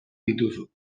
dituzu